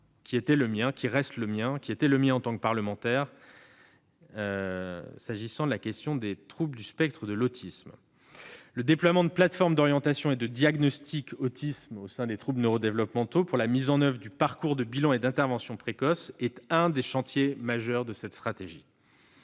peut-être l'engagement qui était le mien, en tant que parlementaire, et qui reste le mien sur la question des troubles du spectre de l'autisme. Le déploiement de plateformes d'orientation et de diagnostic autisme au sein des troubles neuro-développementaux pour la mise en oeuvre du parcours de bilan et d'intervention précoce est l'un des chantiers majeurs de cette stratégie.